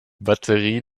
batterie